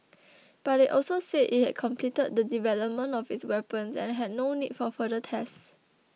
but it also said it had completed the development of its weapons and had no need for further tests